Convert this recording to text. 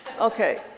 Okay